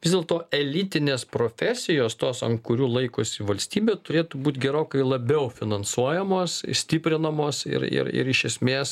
vis dėlto elitinės profesijos tos ant kurių laikosi valstybė turėtų būt gerokai labiau finansuojamos stiprinamos ir ir ir iš esmės